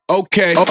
okay